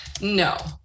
No